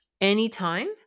anytime